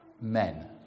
men